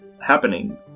happening